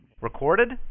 Recorded